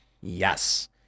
yes